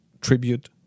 tribute